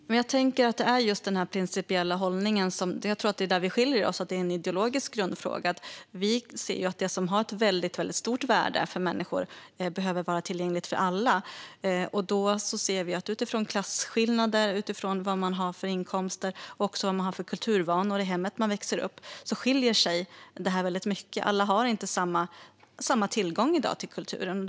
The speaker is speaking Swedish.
Herr talman! Jag tror att det är just i den principiella hållningen vi skiljer oss åt och att det är en ideologisk grundfråga. Vi ser att det som har ett stort värde för människor behöver vara tillgängligt för alla. Vi ser att tillgången skiljer sig väldigt mycket åt utifrån klasskillnader, vad man har för inkomster och vad man har för kulturvanor i det hem där man växer upp. Alla har inte samma tillgång till kulturen i dag.